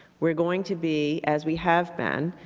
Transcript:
we are going to be, as we have been,